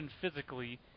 physically